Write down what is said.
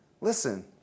Listen